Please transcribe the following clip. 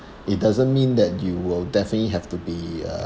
it doesn't mean that you will definitely have to be uh